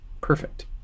perfect